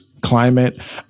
climate